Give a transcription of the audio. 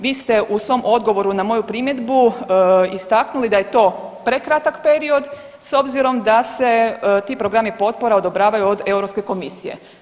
Vi ste u svom odgovoru na moju primjedbu istaknuli da je to prekratak period s obzirom da se ti programi potpora odobravaju od Europske komisije.